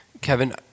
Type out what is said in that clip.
Kevin